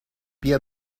بیا